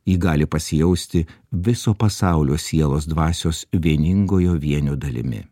ji gali pasijausti viso pasaulio sielos dvasios vieningojo vienio dalimi